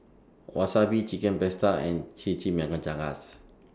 Wasabi Chicken Pasta and Chimichangas